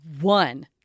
one